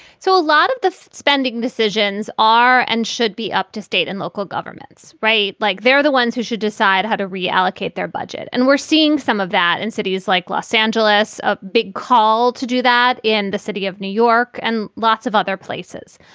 so a lot of this spending decisions are and should be up to state and local governments. right. like, they're the ones who should decide how to reallocate their budget. and we're seeing some of that in cities like los angeles. a big call to do that in the city of new york and lots of other places.